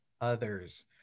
others